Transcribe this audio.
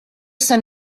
sun